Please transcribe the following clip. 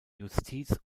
justiz